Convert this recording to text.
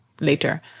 later